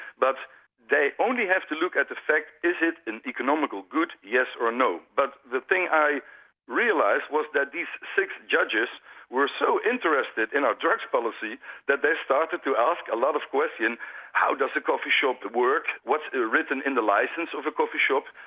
but they only have to look at the fact is it an economical good, yes, or no. but the thing i realised was that these six judges were so interested in our drugs policy that they started to ask a lot of questions how does the coffee-shop work? what's written in the licence of a coffee-shop?